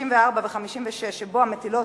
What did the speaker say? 54 ו-56 שבו, המטילות